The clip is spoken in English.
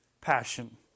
passion